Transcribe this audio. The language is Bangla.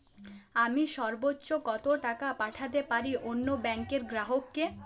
আমি সর্বোচ্চ কতো টাকা পাঠাতে পারি অন্য ব্যাংক র গ্রাহক কে?